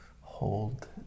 hold